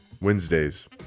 Wednesdays